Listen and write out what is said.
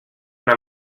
una